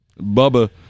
Bubba